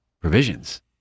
provisions